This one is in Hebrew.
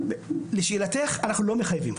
לשאלתך, אנחנו לא מחייבים.